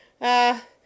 Ah